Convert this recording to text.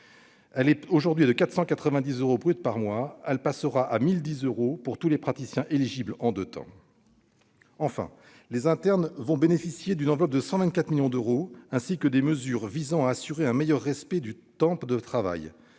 est aujourd'hui de 490 euros bruts par mois. Elle passera à 1 010 euros pour tous les praticiens éligibles, en deux temps. Quant aux internes, ils vont bénéficier d'une enveloppe de 124 millions d'euros ainsi que de mesures visant à assurer un meilleur respect de leur temps de travail.